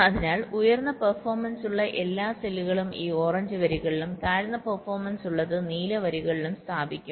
അതിനാൽ ഉയർന്ന പെർഫോമൻസ് ഉള്ള എല്ലാ സെല്ലുകളും ഈ ഓറഞ്ച് വരികളിലും താഴ്ന്ന പെർഫോമൻസ് ഉള്ളത് നീല വരികളിലും സ്ഥാപിക്കും